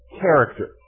character